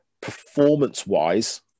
performance-wise